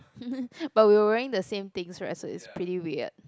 but we were wearing the same things right so it's pretty weird